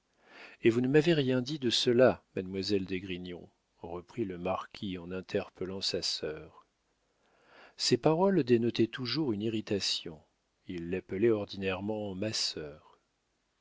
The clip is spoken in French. et vous ne m'avez rien dit de cela mademoiselle d'esgrignon reprit le marquis en interpellant sa sœur ces paroles dénotaient toujours une irritation il l'appelait ordinairement ma sœur